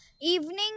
evening